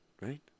right